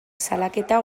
salaketa